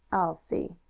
i'll see.